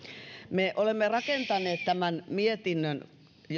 me olemme rakentaneet tämän mietinnön